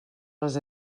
les